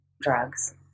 drugs